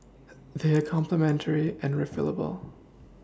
they are complementary and refillable